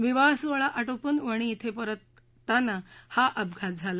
विवाहसोहळा आटोपून वणी येथे परतत असताना हा अपघात झाला